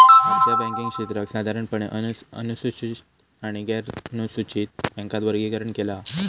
भारतीय बॅन्किंग क्षेत्राक साधारणपणे अनुसूचित आणि गैरनुसूचित बॅन्कात वर्गीकरण केला हा